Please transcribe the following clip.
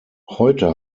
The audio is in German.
heute